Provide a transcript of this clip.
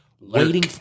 waiting